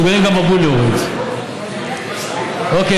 סיכום שירותי בריאות לתלמידים לשנת הלימודים הקודמת עולה כי